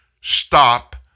stop